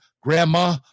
grandma